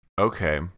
Okay